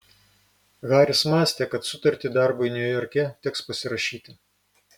haris mąstė kad sutartį darbui niujorke teks pasirašyti